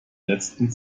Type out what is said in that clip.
letzten